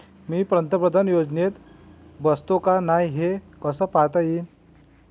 मी पंतप्रधान योजनेत बसतो का नाय, हे कस पायता येईन?